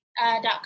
dot